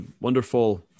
wonderful